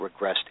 regressed